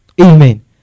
Amen